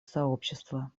сообщества